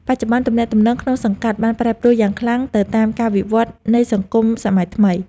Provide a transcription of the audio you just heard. បច្ចុប្បន្ន ទំនាក់ទំនងក្នុងសង្កាត់បានប្រែប្រួលយ៉ាងខ្លាំងទៅតាមការវិវត្តនៃសង្គមសម័យថ្មី។